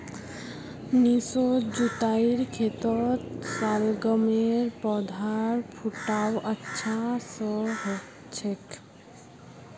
निचोत जुताईर खेतत शलगमेर पौधार फुटाव अच्छा स हछेक